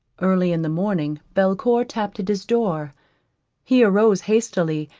early in the morning belcour tapped at his door he arose hastily,